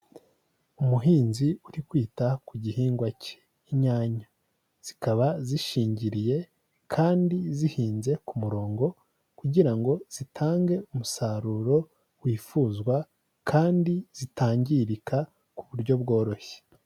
Umuhinzi uri kwita ku gihingwa cye inyanya, zikaba zishingiriye kandi zihinze ku murongo kugira ngo zitange umusaruro wifuzwa kandi zitangirika ku buryo bworoshye.